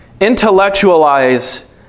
intellectualize